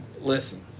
Listen